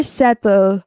settle